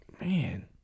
Man